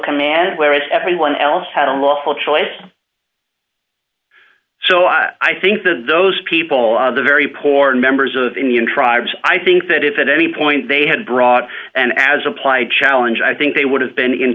command whereas everyone else had a lawful choice so i think that those people are very poor and members of indian tribes i think that if at any point they had brought an as applied challenge i think they would have been in